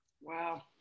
Wow